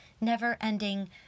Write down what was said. never-ending